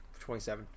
27